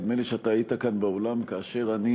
נדמה לי שאתה היית כאן באולם כאשר אני